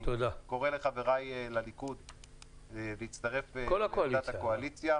אני קורה לחבריי לליכוד להצטרף לעמדת הקואליציה,